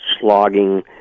slogging